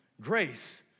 Grace